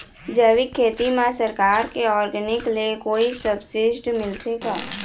जैविक खेती म सरकार के ऑर्गेनिक ले कोई सब्सिडी मिलथे का?